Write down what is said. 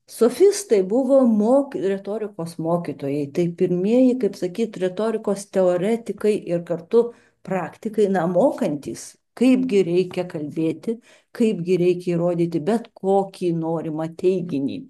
sofistai buvo moky retorikos mokytojai tai pirmieji kaip sakyt retorikos teoretikai ir kartu praktikai na mokantys kaipgi reikia kalbėti kaipgi reikia įrodyti bet kokį norimą teiginį